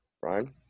Brian